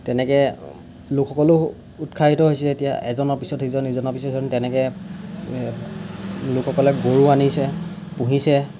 তেনেকৈ লোকসকলো উৎসাহিত হৈছে এতিয়া এজনৰ পিছত সিজন সিজনৰ পিছত ইজন তেনেকৈ লোকসকলে গৰু আনিছে পুহিছে